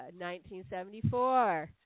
1974